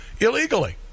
illegally